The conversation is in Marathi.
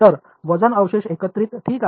तर वजन अवशेष एकत्रित ठीक आहे